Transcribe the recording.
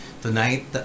Tonight